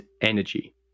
energy